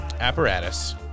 apparatus